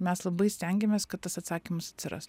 mes labai stengiamės kad tas atsakymas atsiras